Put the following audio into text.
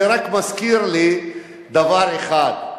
זה רק מזכיר לי דבר אחד.